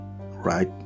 right